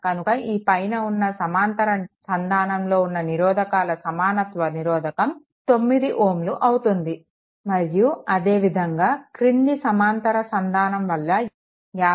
కనుక ఈ పైన ఉన్న సమాంతర సంధానం లో ఉన్న నిరోధకాల సమానత్వ నిరోధకం 9 Ω అవుతుంది మరియు అదే విధంగా క్రింది సమాంతర సంధానం వల్ల 55555 5